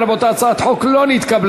אם כן, רבותי, הצעת החוק לא נתקבלה.